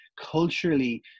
culturally